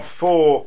four